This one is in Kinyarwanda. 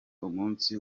umunsi